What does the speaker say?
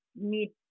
need